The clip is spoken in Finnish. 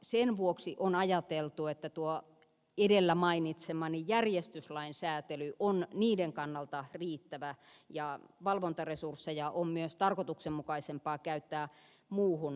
sen vuoksi on ajateltu että tuo edellä mainitsemani järjestyslain säätely on niiden kannalta riittävä ja valvontaresursseja on myös tarkoituksenmukaisempaa käyttää muuhun asevalvontaan